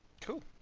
Cool